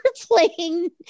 playing